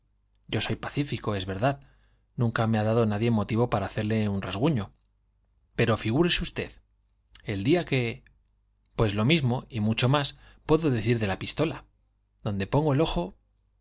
yo soy pacífico es verdad nunca me ha dado nadie motivo para hacerle un rasguño pero figúrese usted el día que pues lo mismo y mucho más puedo decir de la pistola donde pongo el ojo